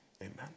amen